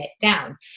down